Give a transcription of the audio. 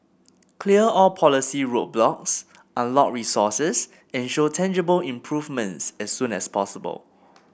clear all policy roadblocks unlock resources and show tangible improvements as soon as possible